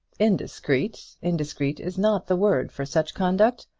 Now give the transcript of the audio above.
indiscreet! indiscreet is not the word for such conduct.